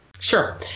Sure